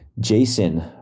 Jason